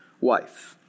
wife